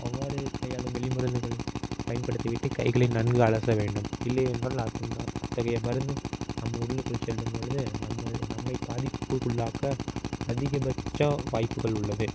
அவ்வாறு கையாளும் எலி மருந்துகளை பயன்படுத்தி விட்டு கைகளை நன்கு அலச வேண்டும் இல்லை என்றால் அத் அத்தகைய மருந்து நம் உள்ளுக்குள் செல்லும்பொழுது நம்மை நம்மை பாதிப்புக்குள்ளாக்க அதிகபட்சம் வாய்ப்புகள் உள்ளது